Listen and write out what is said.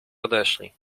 odeszli